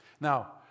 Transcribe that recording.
Now